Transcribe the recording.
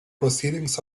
proceedings